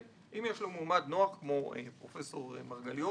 כאשר אם יש לו מועמד נוח - פרופ' מרגליות